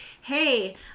hey